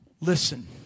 Listen